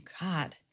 God